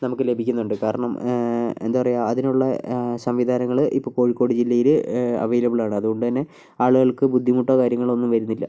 നമുക്ക് ലഭിക്കുന്നുണ്ട് കാരണം എന്താ പറയുക അതിനുള്ള സംവിധാനങ്ങൾ ഇപ്പോൾ കോഴിക്കോട് ജില്ലയിൽ അവൈലബിളാണ് അതുകൊണ്ടുതന്നെ ആളുകൾക്ക് ബുദ്ധിമുട്ടോ കാര്യങ്ങളൊന്നും വരുന്നില്ല